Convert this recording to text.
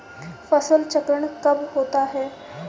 फसल चक्रण कब होता है?